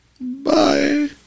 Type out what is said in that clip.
Bye